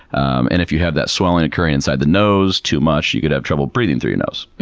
um and if you have that swelling occurring inside the nose too much, you could have trouble breathing through your nose.